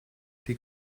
die